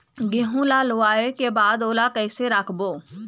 गेहूं ला लुवाऐ के बाद ओला कइसे राखबो?